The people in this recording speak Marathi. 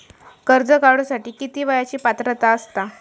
कर्ज काढूसाठी किती वयाची पात्रता असता?